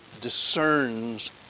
discerns